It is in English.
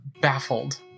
baffled